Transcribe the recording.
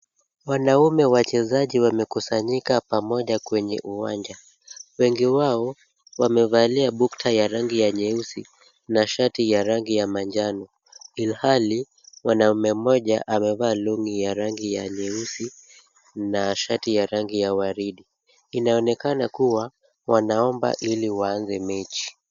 Wanaume wachezaji wamekusanyika pamoja kwenye uwanja. Wengi wao wamevalia bukta ya rangi ya nyeusi na shati ya rangi ya manjano, ilhali mwanaume mmoja amevaa long'i ya rangi ya nyeusi na shati ya rangi ya waridi. Inaonekana kuwa wanaomba ili waanze mechi.